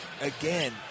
Again